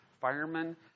firemen